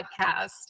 podcast